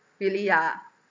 really ah